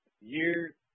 year